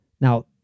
Now